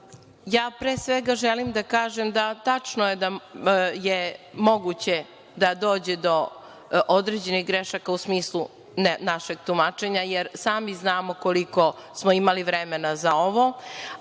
lepo. Pre svega, želim da kažem da je tačno da je moguće da dođe do određenih grešaka u smislu našeg tumačenja, jer sami znamo koliko smo imali vremena za ovo.